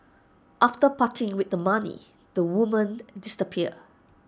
after parting with the money the women disappear